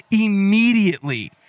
immediately